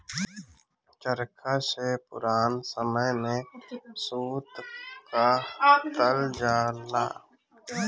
चरखा से पुरान समय में सूत कातल जाला